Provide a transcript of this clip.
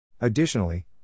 Additionally